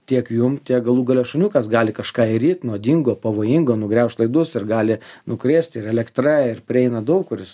tiek jum tiek galų gale šuniukas gali kažką įryt nuodingo pavojingo nugriaužt laidus ir gali nukrėst ir elektra ir prieina daug kur jisai